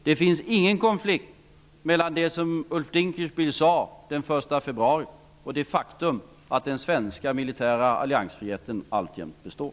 Det finns ingen konflikt mellan det som Ulf Dinkelspiel sade den 1 februari och det faktum att den svenska militära alliansfriheten alltjämt består.